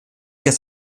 das